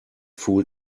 fool